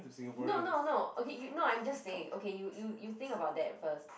no no no okay you no I'm just saying okay you you you you think about that first